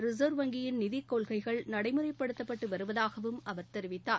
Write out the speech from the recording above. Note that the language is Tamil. ரிசர்வ் வங்கியின் நிதிக்கொள்கைகள் நடைமுறைப்படுத்தப்பட்டு வருவதாகவும் அவர் தெரிவித்தார்